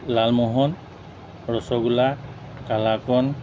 Lalmohan rasgulla kalakand